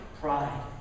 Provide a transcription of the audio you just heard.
Pride